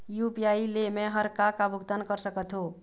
UPI ले मे हर का का भुगतान कर सकत हो?